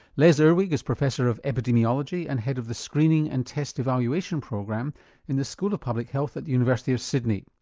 les irwig is professor of epidemiology and head of the screening and test evaluation program in the school of public health at the university of sydney.